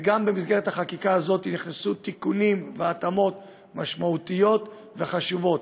וגם במסגרת החקיקה הזאת נכנסו תיקונים והתאמות משמעותיות וחשובות.